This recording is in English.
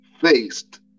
faced